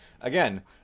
again